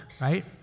right